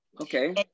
Okay